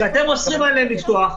שאתם אוסרים עליהם לפתוח,